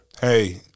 Hey